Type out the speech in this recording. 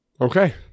Okay